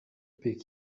qui